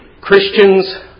Christians